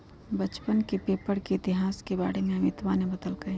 बच्चवन के पेपर के इतिहास के बारे में अमितवा ने बतल कई